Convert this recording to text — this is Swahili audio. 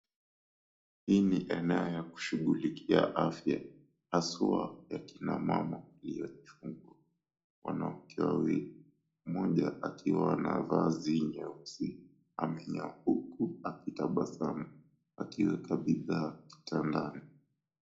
Hii ni eneo ya kushugulikia afya haswa ya akina mama iliyochungwa. Wanawake wawili, mmoja akiwa na vazi nyeusi amenya uku huku akitabasamu akiweka bidhaa kitandani.